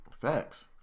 facts